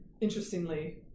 Interestingly